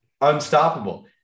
unstoppable